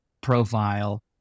profile